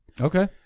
okay